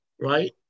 right